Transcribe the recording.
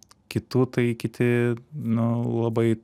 kitų taikyti nu labai